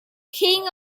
king